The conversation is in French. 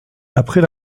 après